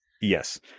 Yes